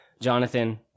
Jonathan